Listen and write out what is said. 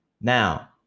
Now